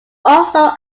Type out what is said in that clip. also